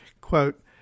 quote